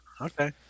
Okay